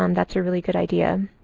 um that's a really good idea.